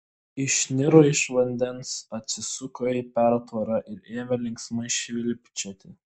išniro iš vandens atsisuko į pertvarą ir ėmė linksmai švilpčioti